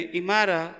imara